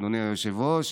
אדוני היושב-ראש,